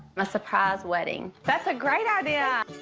a surprise wedding. that's a great idea!